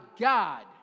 God